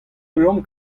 reomp